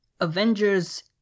Avengers